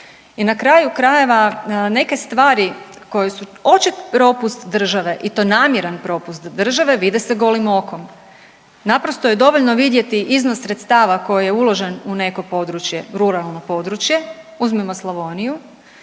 i na kraju krajeva neke stvari koje su očit propust države i to namjeran propust države vide se golim okom. Naprosto je dovoljno vidjeti iznos sredstava koji je uložen u neko područje, ruralno područje, uzmimo Slavoniju